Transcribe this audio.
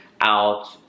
out